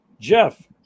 Jeff